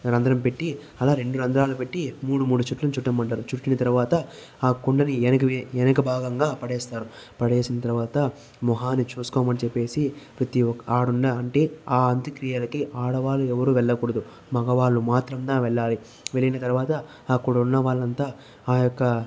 రంద్రం పెట్టి అలా రెండు రంధ్రాలు పెట్టి మూడు మూడు చుట్లు చుట్టమంటారు చుట్టిన తర్వాత ఆ కుండని వెన వెనక భాగంగా పడేస్తారు పడేసిన తర్వాత మొహాన్ని చూసుకోమని చెప్పేసి ప్రతి ఒ ఆడున్న అంటే ఆ అంత్యక్రియలకి ఆడవాళ్ళు ఎవరు వెళ్ళకూడదు మగవాళ్ళు మాత్రం దా వెళ్ళాలి వెళ్లిన తర్వాత అక్కడున్న వాళ్ళంతా ఆ యొక్క